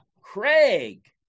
Craig